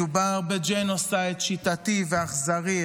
מדובר בג'נוסייד שיטתי ואכזרי,